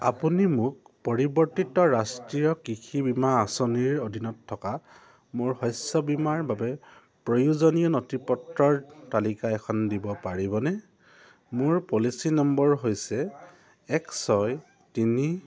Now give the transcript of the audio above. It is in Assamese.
আপুনি মোক পৰিৱৰ্তিত ৰাষ্ট্ৰীয় কৃষি বীমা আঁচনিৰ অধীনত থকা মোৰ শস্য বীমাৰ বাবে প্ৰয়োজনীয় নথিপত্ৰৰ তালিকা এখন দিব পাৰিবনে মোৰ পলিচী নম্বৰ হৈছে এক ছয় তিনি